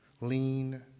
lean